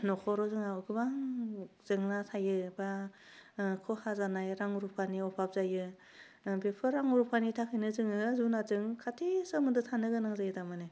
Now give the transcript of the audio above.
नख'राव जोंहा गोबां जेंना थायो बा ओह खहा जानाय रां रुपानि अबाब जायो ओह बेफोर रां रुपानि थाखायनो जोङो जुनादजों खाथि सोमोन्दो थानो गोनां जायो थारमानि